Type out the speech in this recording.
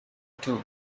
two